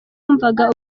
bumvaga